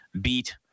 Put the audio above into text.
beat